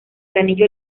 anillo